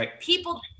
People